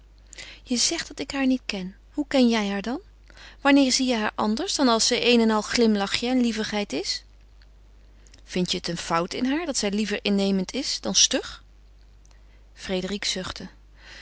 je zegt dat ik haar niet ken hoe ken jij haar dan wanneer zie je haar anders dan als ze een en al glimlachje en lievigheid is vindt je het een fout in haar dat zij liever innemend is dan stug frédérique zuchtte